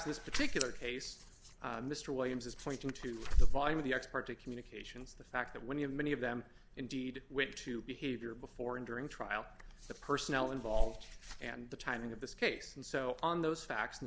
this particular case mr williams is pointing to the volume of the expert to communications the fact that when you have many of them indeed with two behavior before and during trial the personnel involved and the timing of this case and so on those facts and